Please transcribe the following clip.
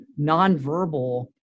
nonverbal